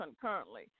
concurrently